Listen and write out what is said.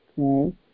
okay